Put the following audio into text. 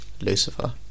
Lucifer